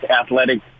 athletic